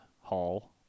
hall